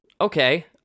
Okay